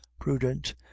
prudent